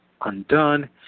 undone